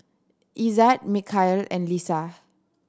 Izzat Mikhail and Lisa